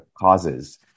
causes